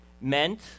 meant